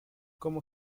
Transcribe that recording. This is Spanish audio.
como